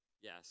Yes